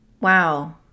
wow